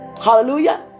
Hallelujah